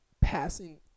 passing